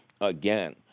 again